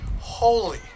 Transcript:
holy